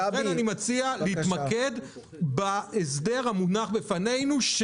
לכן אני מציע להתמקד בהסדר המונח בפנינו,